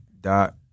dot